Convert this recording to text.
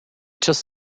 just